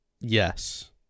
Yes